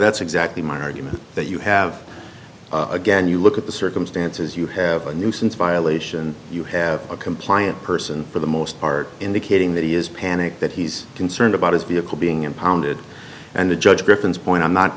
that's exactly my argument that you have again you look at the circumstances you have a nuisance violation and you have a compliant person for the most part indicating that he is panicked that he's concerned about his vehicle being impounded and the judge griffin's point i'm not